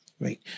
right